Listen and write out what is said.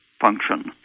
function